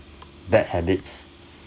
that habits